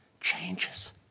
changes